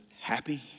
happy